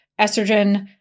estrogen